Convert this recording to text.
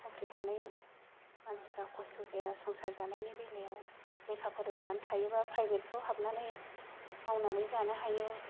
साख्रि थानाय मानसिफोरा खस्त' जाया संसार जानायनि बेलायाव लेखाफोर रोंनानै थायोब्ला प्राइभेटफोराव हाबनानै मावनानै जानो हायो